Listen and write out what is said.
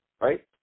right